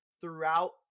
throughout